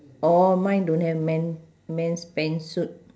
oh mine don't have men men's pants suit